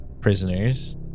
prisoners